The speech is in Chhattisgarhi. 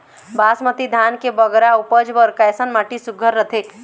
बासमती धान के बगरा उपज बर कैसन माटी सुघ्घर रथे?